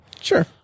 Sure